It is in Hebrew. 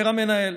אומר המנהל: